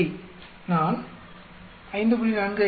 இதை நான் 5